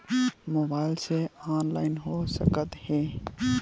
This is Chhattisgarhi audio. मोबाइल से ऑनलाइन हो सकत हे?